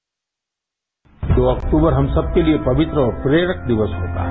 bite दो अक्तूबर हम सबके लिए पवित्र और प्रेरक दिवस होता है